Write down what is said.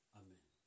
amen